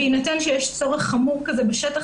בהינתן שיש צורך חמור כזה בשטח,